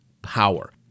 power